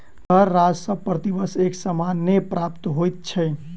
कर राजस्व प्रति वर्ष एक समान नै प्राप्त होइत छै